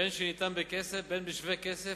בין שניתן בכסף ובין בשווה כסף,